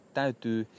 täytyy